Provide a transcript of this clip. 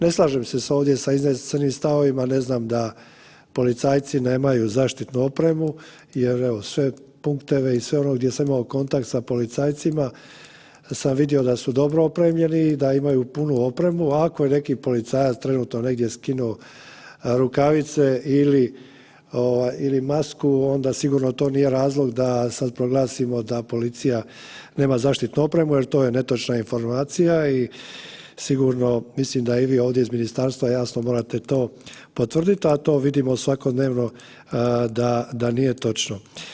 Ne slažem se s ovdje s iznesenim stavovima, ne znam, da policajci nemaju zaštitnu opremu jer, evo, sve punkteve i sve ono gdje sam imao kontakt sa policajcima sam vidio da su dobro opremljeni, da imaju punu opremu, ako je neki policajac trenutno negdje skinuo rukavice ili masku, onda sigurno to nije razlog da sad proglasimo da sad policija nema zaštitnu opremu jer to je netočna informacija i sigurno, mislim da i vi ovdje iz ministarstva, jasno, morate to potvrditi, a to vidimo svakodnevno da nije točno.